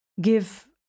give